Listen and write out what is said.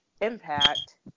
Impact